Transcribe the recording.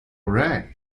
rey